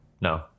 No